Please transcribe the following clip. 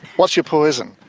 what's your poison?